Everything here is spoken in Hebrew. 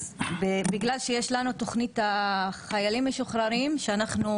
בגלל שיש לנו תוכנית חיילים משוחררים שאנחנו